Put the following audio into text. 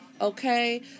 Okay